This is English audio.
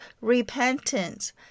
repentance